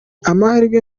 amahirwe